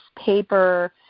paper